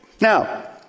Now